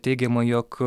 teigiama jog